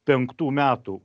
penktų metų